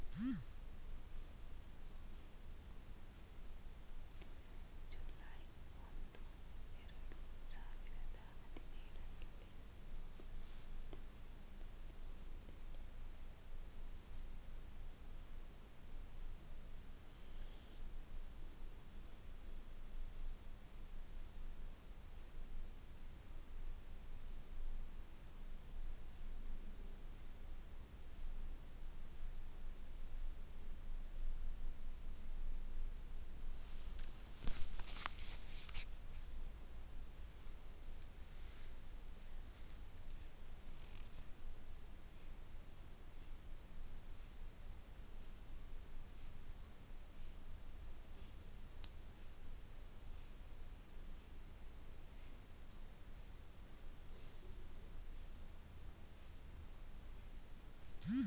July ಒಂದು, ಎರಡು ಸಾವಿರದ ಹದಿನೇಳರಲ್ಲಿ ಜಿ.ಎಸ್.ಟಿ ಜಾರಿ ಬಂತು